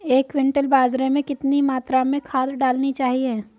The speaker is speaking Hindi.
एक क्विंटल बाजरे में कितनी मात्रा में खाद डालनी चाहिए?